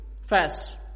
fast